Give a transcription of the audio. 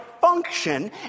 function